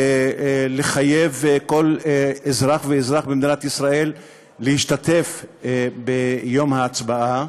לחייב כל אזרח ואזרח במדינת ישראל להשתתף ביום ההצבעה,